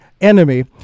enemy